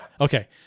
Okay